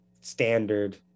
standard